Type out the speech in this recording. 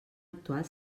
actual